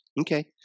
Okay